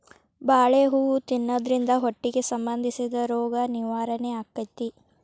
ಬಾಳೆ ಹೂ ತಿನ್ನುದ್ರಿಂದ ಹೊಟ್ಟಿಗೆ ಸಂಬಂಧಿಸಿದ ರೋಗ ನಿವಾರಣೆ ಅಕೈತಿ